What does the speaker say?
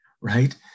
right